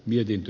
kannatan